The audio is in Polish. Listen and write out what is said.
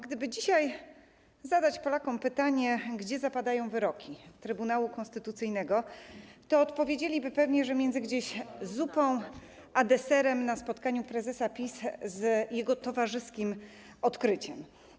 Gdyby dzisiaj zadać Polakom pytanie, gdzie zapadają wyroki Trybunału Konstytucyjnego, to odpowiedzieliby pewnie, że gdzieś między zupą a deserem na spotkaniu prezesa PiS z jego towarzyskim odkryciem.